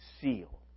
seal